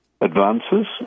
advances